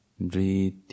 Breathe